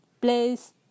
Place